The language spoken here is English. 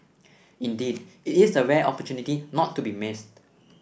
indeed it is a rare opportunity not to be missed